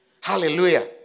Hallelujah